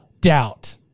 doubt